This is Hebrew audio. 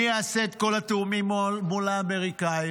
מי יעשה את כל התיאומים מול האמריקאים?